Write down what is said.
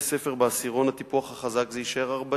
בבתי-הספר בעשירון הטיפוח החזק זה יישאר 40,